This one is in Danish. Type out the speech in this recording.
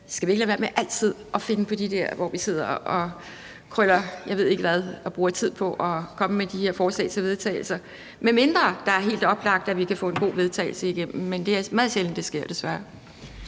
om vi ikke skal lade være med altid at finde på de der forslag til vedtagelse, hvor vi sidder og bruger tid, og jeg ved ikke hvad, på at komme med de her forslag til vedtagelse, medmindre det er helt oplagt, at vi kan få en god vedtagelse igennem. Men det er meget sjældent, det sker, desværre.